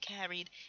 carried